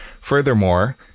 Furthermore